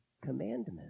Commandments